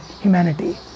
humanity